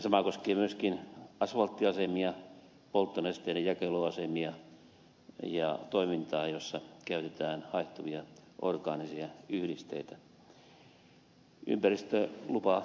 sama koskee myöskin asvalttiasemia polttonesteiden jakeluasemia ja toimintaa jossa käytetään haihtuvia orgaanisia yhdisteitä